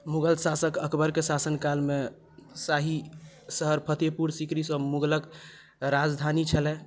मुग़ल शासक अकबर कऽ शासनकालमे शाही शहर फतेहपुर सिकरीसँ मुगलक राजधानी छलए